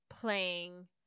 Playing